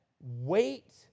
wait